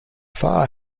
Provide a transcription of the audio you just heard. far